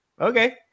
Okay